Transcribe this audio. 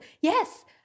Yes